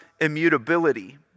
immutability